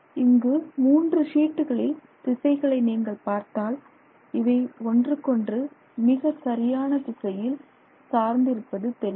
இங்கு மூன்று ஷீட்டுகளில் திசைகளை நீங்கள் பார்த்தால் இவை ஒன்றுக்கொன்று மிக சரியான திசையில் சார்ந்து இருப்பது தெரியும்